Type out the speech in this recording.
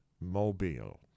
Mobile